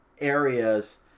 areas